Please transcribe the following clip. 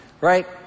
right